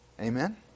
Amen